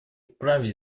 вправе